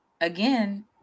again